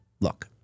look